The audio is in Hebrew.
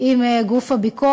עם גוף הביקורת.